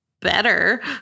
better